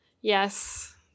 yes